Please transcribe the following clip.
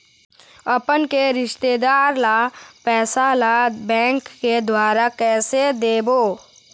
अपन के रिश्तेदार ला पैसा ला बैंक के द्वारा कैसे देबो?